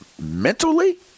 mentally